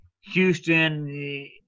Houston